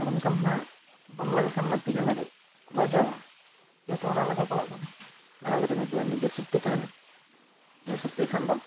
ᱟᱨ ᱚᱱᱠᱟ ᱢᱟᱱᱟᱜ ᱵᱟᱢ ᱞᱟᱜᱟᱣ ᱠᱷᱟᱱ ᱢᱟ ᱛᱤ ᱡᱟᱜᱟᱹ ᱠᱚ ᱵᱟᱡᱟᱣᱟ ᱡᱮᱦᱮᱛᱩ ᱚᱱᱟ ᱞᱟᱜᱟᱣ ᱯᱟᱲᱟᱜ ᱠᱟᱱᱟ ᱞᱟᱜᱟᱣ ᱠᱟᱛᱮ ᱱᱤᱡᱮᱨ ᱥᱮᱯᱴᱤ ᱛᱟᱦᱮᱱᱟ ᱱᱤᱭᱟᱹ ᱥᱮᱯᱴᱤ ᱠᱷᱟᱱ ᱫᱚ